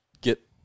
get